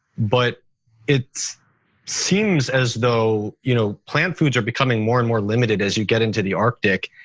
but it seems as though you know plant foods are becoming more and more limited as you get into the arctic,